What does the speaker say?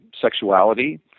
sexuality